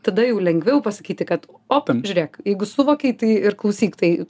tada jau lengviau pasakyti kad o žiūrėk jeigu suvokei tai ir klausyk tai